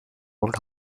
hold